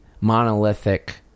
monolithic